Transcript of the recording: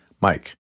Mike